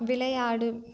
விளையாடு